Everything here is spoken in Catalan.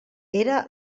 era